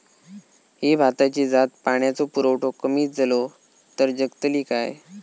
ही भाताची जात पाण्याचो पुरवठो कमी जलो तर जगतली काय?